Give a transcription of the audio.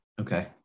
Okay